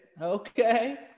okay